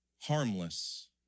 harmless